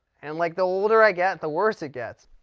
and, like the older i get, the worse it gets.